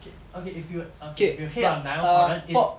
okay if you okay if you hate on niall horan it's